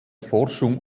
forschung